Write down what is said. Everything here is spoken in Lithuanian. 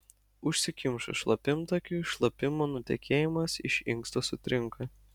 užsikimšus šlapimtakiui šlapimo nutekėjimas iš inksto sutrinka